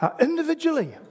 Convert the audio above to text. individually